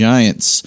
Giants